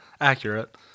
accurate